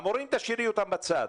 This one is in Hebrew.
את המורים תשאירי בצד.